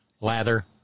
lather